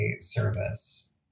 service